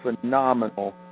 phenomenal